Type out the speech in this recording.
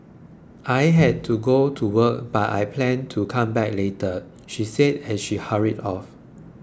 I have to go to work but I plan to come back later she said as she hurried off